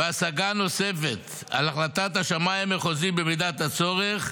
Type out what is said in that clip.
והשגה נוספת על החלטת השמאי המחוזי במידת הצורך,